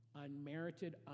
Unmerited